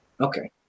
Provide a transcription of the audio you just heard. Okay